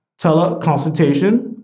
teleconsultation